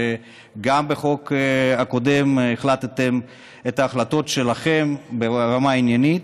שגם בחוק הקודם החליטה את ההחלטות שלה ברמה העניינית.